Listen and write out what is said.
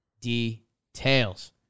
details